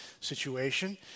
situation